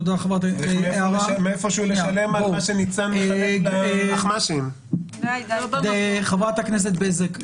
צריך מאיפה שהוא לשלם על מה שניצן מחלק ל --- חברת הכנסת בזק,